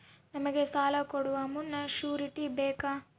ನಮಗೆ ಸಾಲ ಕೊಡುವ ಮುನ್ನ ಶ್ಯೂರುಟಿ ಬೇಕಾ?